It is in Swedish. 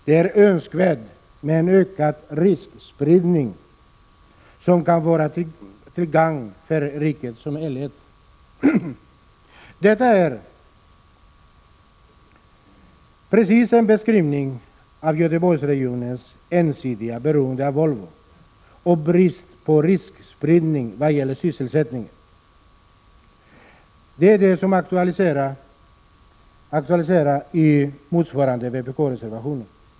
Det är önskvärt med en ökad riskspridning som kan vara till gagn för riket som helhet. Detta är precis en beskrivning av Göteborgsregionens ensidiga beroende av Volvo och brist på riskspridning när det gäller sysselsättningen. Detta aktualiseras i motsvarande vpk-reservation.